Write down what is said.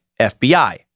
FBI